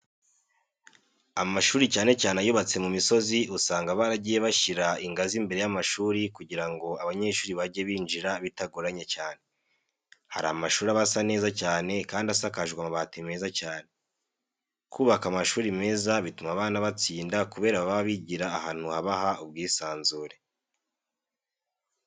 Amashuri cyane cyane ayubatse mu misozi usanga baragiye bashyira ingazi imbere y'amashuri kugira ngo abanyeshuri bajye binjira bitagoranye cyane. Hari amashuri aba asa neza cyane kandi asakajwe amabati meza cyane. Kubaka amashuri meza bituma abana batsinda kubera baba bigira ahantu habaha ubwisanzure.